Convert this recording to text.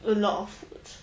a lot of